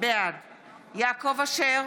בעד יעקב אשר,